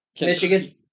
Michigan